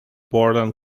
borland